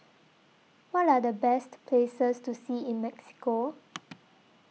What Are The Best Places to See in Mexico